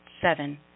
Seven